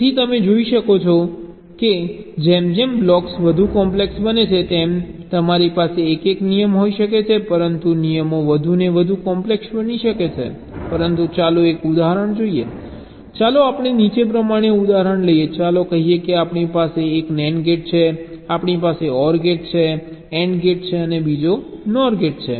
તેથી તમે જોઈ શકો છો કે જેમ જેમ બ્લોક્સ વધુ કોમ્પ્લેક્સ બને છે તેમ તમારી પાસે એક નિયમ હોઈ શકે છે પરંતુ નિયમો વધુને વધુ કોમ્પ્લેક્સ બની શકે છે પરંતુ ચાલો એક ઉદાહરણ જોઈએ ચાલો આપણે નીચે પ્રમાણે ઉદાહરણ લઈએ ચાલો કહીએ કે આપણી પાસે એક NAND ગેટ છે આપણી પાસે OR ગેટ છે AND ગેટ અને બીજો NOR ગેટ છે